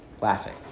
laughing